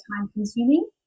time-consuming